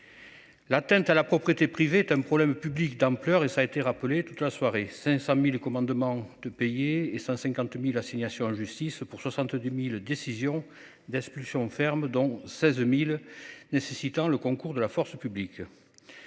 L'atteinte à la propriété privée est un problème public d'ampleur et ça a été rappelé toute la soirée 500.000 commandement de payer et 150.000 assignation en justice pour 70.000 décisions d'expulsions ferme dont 16.000 nécessitant le concours de la force publique.